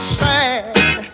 sad